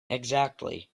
exactly